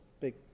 big